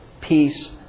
peace